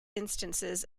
instances